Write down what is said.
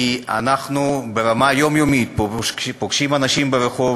כי אנחנו פוגשים ברמה היומיומית אנשים ברחוב,